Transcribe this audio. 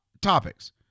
Topics